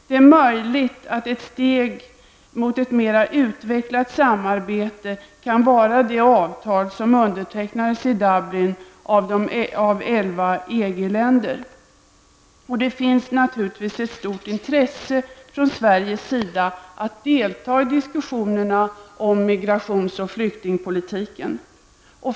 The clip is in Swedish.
Det är möjligt att ett steg mot ett mer utvecklat samarbete kan vara det avtal som undertecknades i Dublin av 11 EG-länder. Det finns naturligtvis ett stort intresse från Sveriges sida att delta i diskussionerna om migrations och flyktingpolitiken.